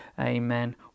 amen